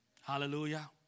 Hallelujah